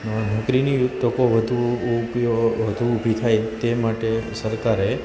નોકરીની તકો વધું વધું ઊભી થાય તે માટે સરકારે